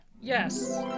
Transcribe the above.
Yes